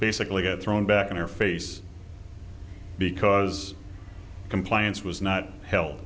basically got thrown back in our face because compliance was not he